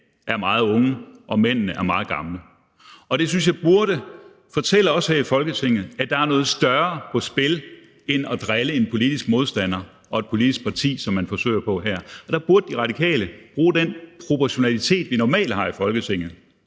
er meget unge, og mændene er meget gamle. Det synes jeg burde fortælle os her i Folketinget, at der er noget større på spil end at drille en politisk modstander og et politisk parti, som man forsøger på her. Der burde De Radikale bruge den proportionalitet, vi normalt har i Folketinget.